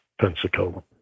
Pensacola